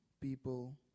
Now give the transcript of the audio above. people